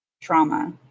trauma